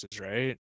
Right